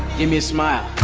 give me a smile!